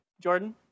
Jordan